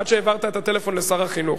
עד שהעברת את הטלפון לשר החינוך.